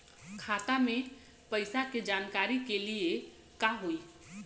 खाता मे पैसा के जानकारी के लिए का होई?